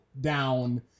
down